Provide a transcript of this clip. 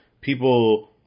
people